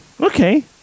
okay